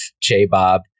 J-Bob